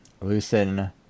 loosen